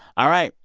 all right,